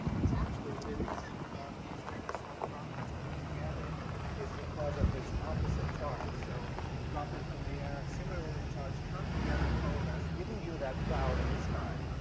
it's actually the reason that these aerosol droplets come together is because of this opposite charge. so, the droplets from the air, similarly charged, come together coalesce, giving you that cloud in the sky.